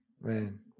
Man